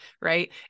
right